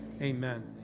amen